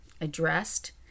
addressed